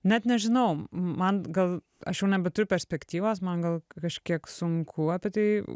net nežinau man gal aš jau nebeturiu perspektyvos man gal kažkiek sunku apie tai